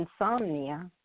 insomnia